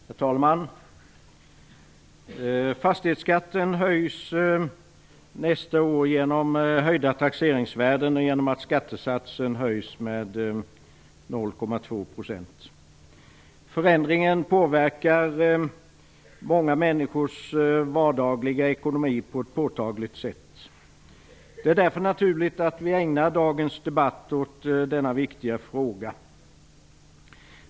Herr talman! Fastighetsskatten höjs nästa år genom höjda taxeringsvärden och genom att skattesatsen höjs med 0,2 %. Förändringen påverkar många människors vardagliga ekonomi på ett påtagligt sätt. Det är därför naturligt att vi ägnar dagens debatt åt denna viktiga fråga.